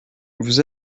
vous